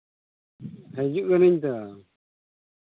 ᱦᱤᱡᱩᱜ ᱠᱟᱹᱱᱟᱹᱧ ᱛᱚ